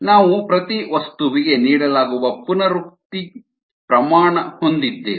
ನಾವು ಪ್ರತಿ ವಸ್ತುವಿಗೆ ನೀಡಲಾಗುವ ಪುನರುಕ್ತಿ ಪ್ರಮಾಣವನ್ನು ಹೊಂದಿದ್ದೇವೆ